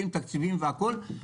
עם תקציבים והכל,